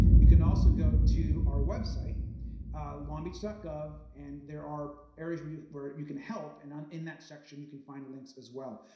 you can also go to our website longbeach gov and there are areas where you where you can help and um in that section you can find links as well.